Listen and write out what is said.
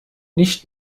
nicht